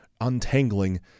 untangling